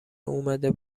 اومده